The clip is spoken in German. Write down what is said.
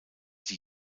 die